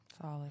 solid